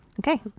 Okay